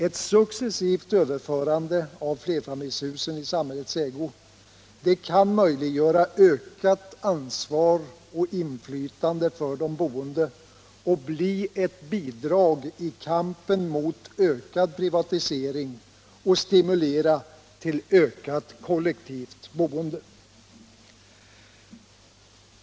Ett successivt överförande av flerfamiljshusen i samhällets ägo kan möjliggöra ökat ansvar och inflytande för de boende och bli ett bidrag i kampen mot ökad privatisering och stimulera till ökat kollektivt boende.